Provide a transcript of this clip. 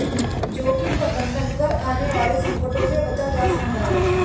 जोखिम प्रबंधन कर आने वाले संकटों से बचा जा सकता है